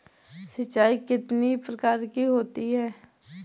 सिंचाई कितनी प्रकार की होती हैं?